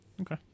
Okay